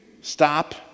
Stop